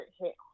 hit